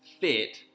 fit